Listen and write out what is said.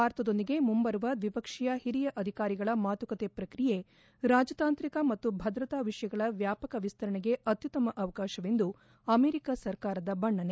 ಭಾರತದೊಂದಿಗೆ ಮುಂಬರುವ ದ್ವಿಪಕ್ಷೀಯ ಹಿರಿಯ ಅಧಿಕಾರಿಗಳ ಮಾತುಕತೆ ಪ್ರಕ್ರಿಯೆ ರಾಜತಾಂತ್ರಿಕ ಮತ್ತು ಭದ್ರತಾ ವಿಷಯಗಳ ವ್ಲಾಪಕ ವಿಸ್ತರಣೆಗೆ ಅತ್ನುತ್ತಮ ಅವಕಾಶವೆಂದು ಅಮೆರಿಕಾ ಸರ್ಕಾರದ ಬಣ್ಣನೆ